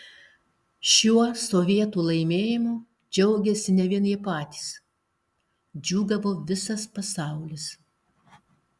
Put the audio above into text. šiuo sovietų laimėjimu džiaugėsi ne vien jie patys džiūgavo visas pasaulis